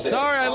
Sorry